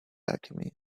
alchemy